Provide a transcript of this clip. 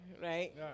right